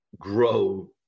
grow